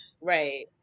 right